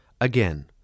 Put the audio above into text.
Again